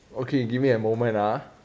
okay give me a moment ah